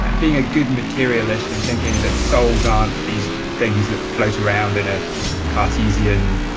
and being a good material list and thinking that souls aren't these things that float around in a cartesian